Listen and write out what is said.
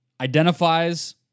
identifies